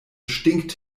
stinkt